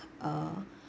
uh